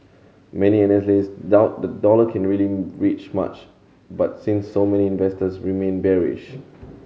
many analysts doubt the dollar can rally reach much but since so many investors remain bearish